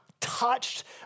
touched